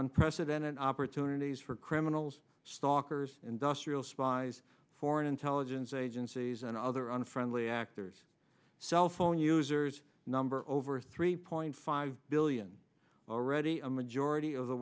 unprecedented opportunities for criminals stalkers industrial spies foreign intelligence agencies and other unfriendly actors cell phone users number over three point five billion already a majority of the